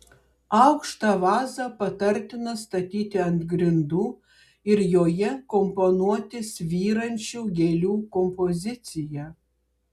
aukštą vazą patartina statyti ant grindų ir joje komponuoti svyrančių gėlių kompoziciją